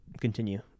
Continue